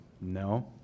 No